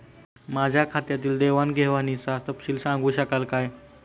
माझ्या खात्यातील देवाणघेवाणीचा तपशील सांगू शकाल काय?